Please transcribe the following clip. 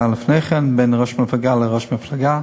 היה לפני כן בין ראש מפלגה לראש מפלגה,